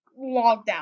lockdown